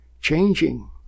changing